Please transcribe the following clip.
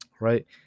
right